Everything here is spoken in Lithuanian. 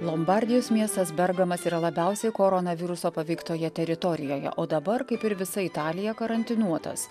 lombardijos miestas bergamas yra labiausiai koronaviruso paveiktoje teritorijoje o dabar kaip ir visa italija karantinuotas